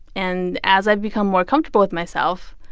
and as i've become more comfortable with myself,